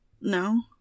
no